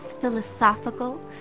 philosophical